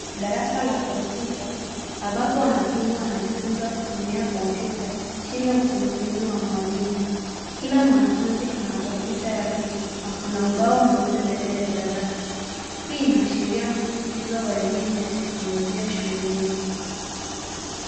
Darasa la kompyuta ambapo wanafunzi wanajifunza kutumia kompyuta chini ya usimamizi wa mwalimu. Kila mwanafunzi ana kompyuta yake na kuna ubao mweupe mbele ya darasa. Hii inaashiria msisitizo wa elimu ya teknolojia shuleni.